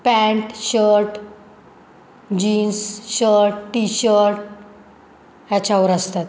pant shirt jeans shirt T shirt ह्याच्यावर असतात